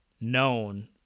known